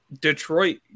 Detroit